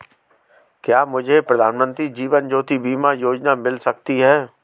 क्या मुझे प्रधानमंत्री जीवन ज्योति बीमा योजना मिल सकती है?